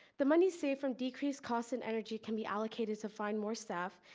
the moneys saved from decrease costs and energy can be allocated to fund more staff,